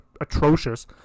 atrocious